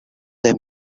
they